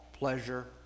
pleasure